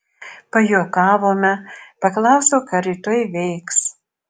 pajuokavome paklausiau ką rytoj veiks